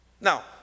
Now